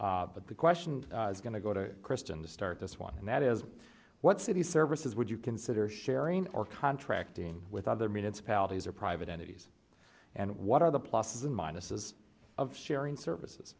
but the question is going to go to kristen to start this one and that is what city services would you consider sharing or contracting with other municipalities or private entities and what are the pluses and minuses of sharing services